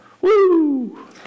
Woo